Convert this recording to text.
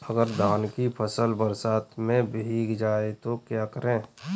अगर धान की फसल बरसात में भीग जाए तो क्या करें?